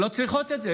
לא צריכות את זה.